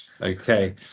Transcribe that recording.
Okay